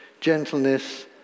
gentleness